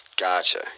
Gotcha